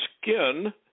skin